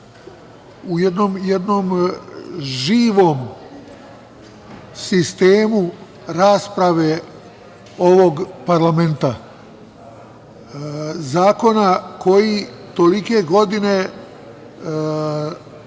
u jednom živom sistemu rasprave ovog parlamenta, zakona koji tolike godine